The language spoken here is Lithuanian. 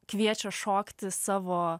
kviečia šokti savo